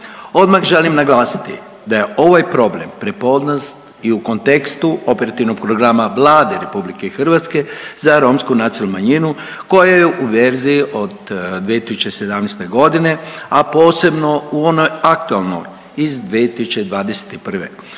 Odmah želim naglasiti da je ovaj problem prepoznat i u kontekstu operativnog programa Vlade RH za romsku nacionalnu manjinu koja je u verziji od 2017.g., a posebno u onoj aktualnoj iz 2021. poseban